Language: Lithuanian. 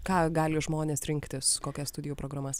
ką gali žmonės rinktis kokias studijų programas